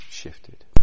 shifted